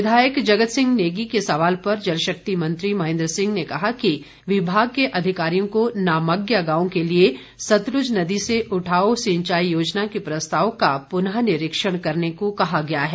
विधायक जगत सिंह नेगी के सवाल पर जलशक्ति मंत्री महेंद्र सिंह ने कहा कि विभाग के अधिकारियों को नामज्ञा गांव के लिए सतलुज नदी से उठाऊ सिंचाई योजना के प्रस्ताव का पुनःनिरीक्षण करने को कहा गया है